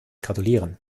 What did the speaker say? gratulieren